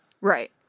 Right